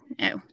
no